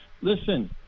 listen